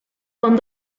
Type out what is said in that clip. con